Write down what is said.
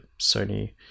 Sony